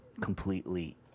completely